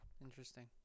Interesting